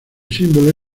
símbolo